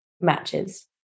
matches